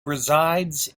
resides